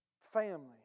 Family